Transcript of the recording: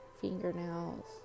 fingernails